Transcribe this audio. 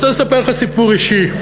אני רוצה לספר לך סיפור אישי.